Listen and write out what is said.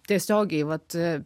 tiesiogiai vat